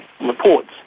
reports